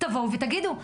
תבואו ותגידו.